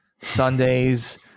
Sundays